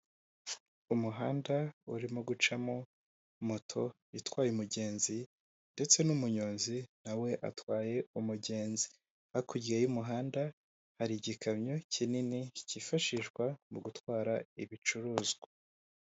Umuhanda urimo gucamo moto itwaye umugenzi ndetse n'umunyonzi nawe atwaye umugenzi, hakurya y'umuhanda hari igikamyo kinini kifashishwa mu gutwara ibicuruzwa.